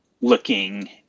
looking